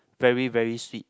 very very sweet